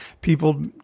people